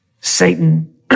Satan